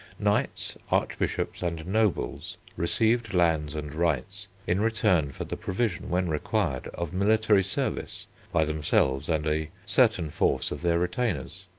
knights, archbishops, and nobles received lands and rights in return for the provision, when required, of military service by themselves and a certain force of their retainers,